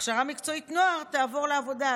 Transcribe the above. הכשרה מקצועית לנוער תעבור לעבודה,